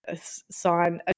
sign